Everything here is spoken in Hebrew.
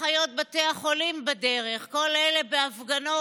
אחיות בתי החולים בדרך כל אלה בהפגנות,